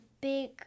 big